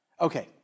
Okay